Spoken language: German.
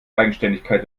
eigenständigkeit